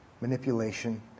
manipulation